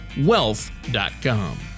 wealth.com